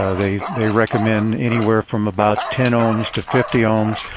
ah they they recommend anywhere from about ten ohms to fifty ohms.